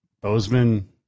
Bozeman